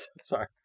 Sorry